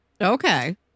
okay